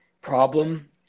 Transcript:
problem